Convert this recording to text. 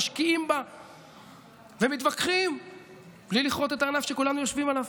משקיעים בה ומתווכחים בלי לכרות את הענף שכולנו יושבים עליו,